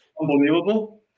unbelievable